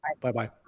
Bye-bye